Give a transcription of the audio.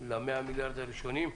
ל-100 מיליארד הראשונים.